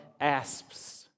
asps